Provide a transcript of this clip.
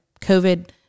COVID